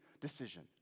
decision